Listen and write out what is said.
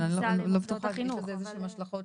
אני לא בטוחה אם יש לזה איזשהן השלכות